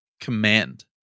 command